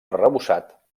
arrebossat